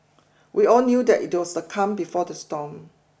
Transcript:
we all knew that it was the calm before the storm